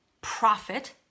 profit